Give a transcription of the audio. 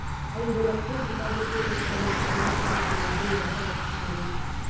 అయిదు లక్షలు డిపాజిట్లు సేస్తే మాకు సంవత్సరానికి వడ్డీ ఎంత వస్తుంది?